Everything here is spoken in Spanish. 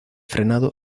frenado